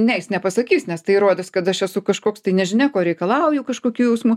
ne jis nepasakys nes tai įrodys kad aš esu kažkoks tai nežinia ko reikalauju kažkokių jausmų